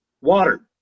water